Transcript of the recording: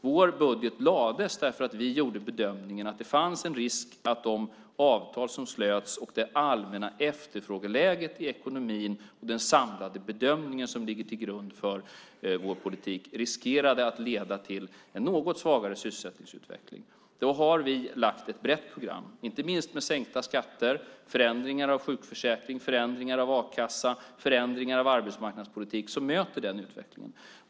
Vår budget lades fram därför att vi gjorde bedömningen att det fanns en risk att de avtal som slöts och det allmänna efterfrågeläget i ekonomin och den samlade bedömningen som ligger till grund för vår politik riskerade att leda till en något svagare sysselsättningsutveckling. Då har vi lagt fram ett brett program, inte minst med sänkta skatter, förändringar av sjukförsäkring, förändringar av a-kassa och förändringar av arbetsmarknadspolitik som möter denna utveckling.